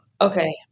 Okay